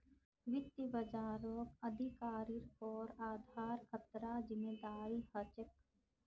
वित्त बाजारक अधिकारिर पर आधार खतरार जिम्मादारी ह छेक